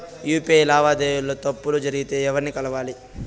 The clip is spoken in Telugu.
యు.పి.ఐ లావాదేవీల లో తప్పులు జరిగితే ఎవర్ని కలవాలి?